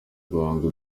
guhanga